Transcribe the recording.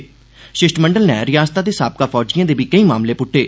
षिश्टमंडल नै रिआसता दे साबका फौजिएं दे बी केई मामले पुट्टे